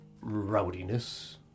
rowdiness